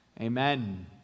Amen